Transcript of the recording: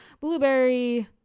Blueberry